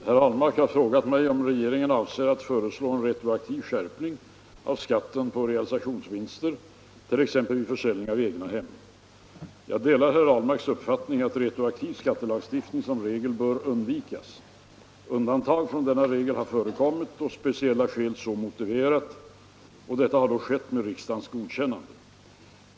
Herr talman! Herr Ahlmark har frågat mig om regeringen avser att föreslå en retroaktiv skärpning av skatten på realisationsvinster, t.ex. vid försäljning av egnahem. Jag delar herr Ahlmarks uppfattning att retroaktiv skattelagstiftning som regel bör undvikas. Undantag från denna regel har förekommit då speciella skäl så motiverat. Detta har då skett med riksdagens godkännande.